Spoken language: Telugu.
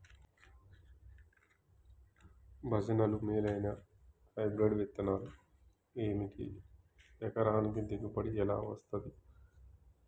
భజనలు మేలైనా హైబ్రిడ్ విత్తనాలు ఏమిటి? ఎకరానికి దిగుబడి ఎలా వస్తది?